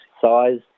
size